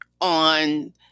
on